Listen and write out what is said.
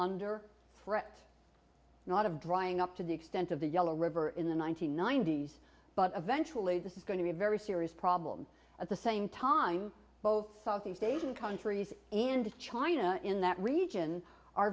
under threat not of drying up to the extent of the yellow river in the one nine hundred ninety s but eventually this is going to be a very serious problem at the same time both south east asian countries and china in that region are